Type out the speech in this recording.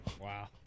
Wow